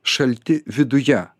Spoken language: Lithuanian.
šalti viduje